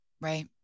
Right